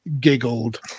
giggled